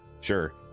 sure